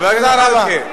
חבר הכנסת זחאלקה.